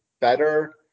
better